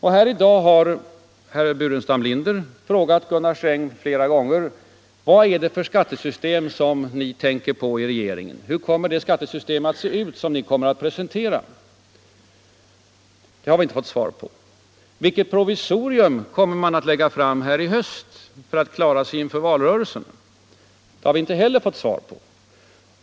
Här i dag har herr Burenstam Linder frågat Gunnar Sträng flera gånger: Vad är det för skattesystem som ni tänker på i regeringen? Hur kommer det skattesystem att se ut som ni kommer att presentera? Det har vi inte fått svar på. Vilket provisorium kommer man att lägga fram här i höst för att klara sig inför valrörelsen? Det har vi inte heller fått svar på.